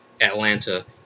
Atlanta